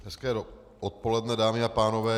Hezké odpoledne, dámy a pánové.